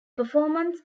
performance